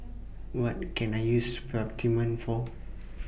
What Can I use Peptamen For